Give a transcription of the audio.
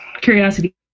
curiosity